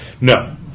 No